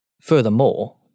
Furthermore